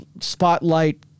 spotlight